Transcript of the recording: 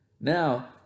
Now